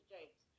James